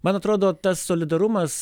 man atrodo tas solidarumas